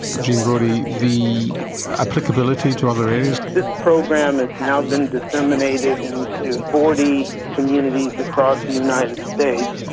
gene brody, the applicability to other areas? this program has now been disseminated into forty communities across the united states,